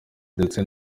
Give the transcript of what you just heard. ndetse